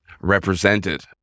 represented